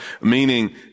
Meaning